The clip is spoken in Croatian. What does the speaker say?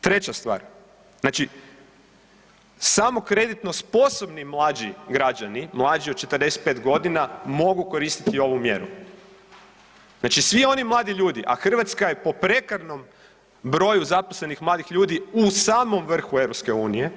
Treća stvar, znači samo kreditno sposobni mlađi građani, mlađi od 45 godina mogu koristiti ovu mjeru, znači svi oni mladi ljudi, a Hrvatska je po prekarnom broju zaposlenih mladih ljudi u samom vrhu EU.